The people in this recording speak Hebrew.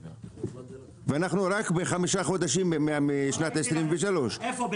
ואנחנו רק בחמישה חודשים משנת 23'. איפה,